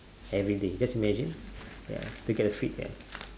everyday just imagine ya look at the fit ya